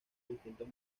distintos